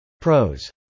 Pros